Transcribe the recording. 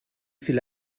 viele